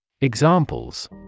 Examples